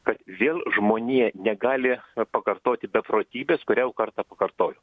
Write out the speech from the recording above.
kad vėl žmonija negali pakartoti beprotybės kurią jau kartą pakartojo